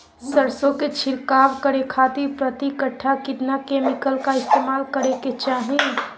सरसों के छिड़काव करे खातिर प्रति कट्ठा कितना केमिकल का इस्तेमाल करे के चाही?